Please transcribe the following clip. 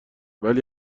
ولی